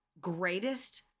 greatest